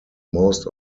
most